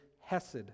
hesed